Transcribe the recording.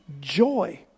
joy